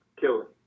killing